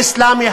האסלאמי,